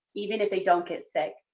even if they don't get sick,